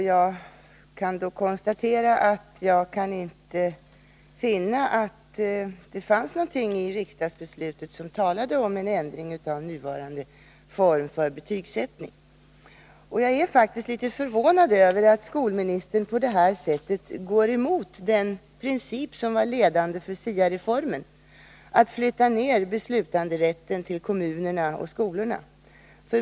Jag konstaterar att jag inte kan finna att det i riksdagsbeslutet talades om en Jag är faktiskt förvånad över att skolministern på detta sätt går emot den princip som var ledande för SIA-reformen, att flytta ned beslutanderätten till kommunerna och skolorna.